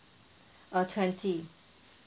uh twenty